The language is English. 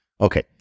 Okay